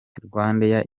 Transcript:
rwandair